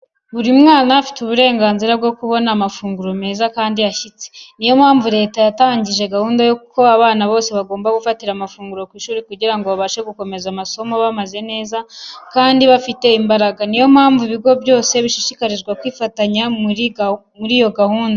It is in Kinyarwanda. Buri mwana afite uburenganzira bwo kubona amafunguro meza kandi ashyitse. Ni yo mpamvu leta yatangije gahunda ko abana bose bagomba gufatira amafunguro ku ishuri kugira ngo babashe gukomeza amasomo bameze neza kandi bafite imbaraga. Ni yo mpamvu ibigo byose bishishikarizwa kwifitanya muri iyo gahunda.